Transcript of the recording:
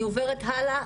אני עוברת הלאה,